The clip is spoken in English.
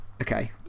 Okay